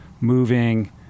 moving